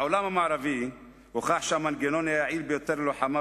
בעולם המערבי הוכח שהמנגנון היעיל ביותר ללוחמה